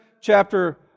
chapter